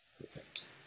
perfect